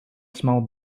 small